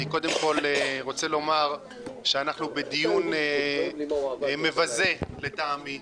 אני קודם כל רוצה לומר שאנחנו בדיון מבזה לטעמי.